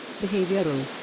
behavioral